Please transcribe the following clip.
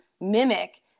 mimic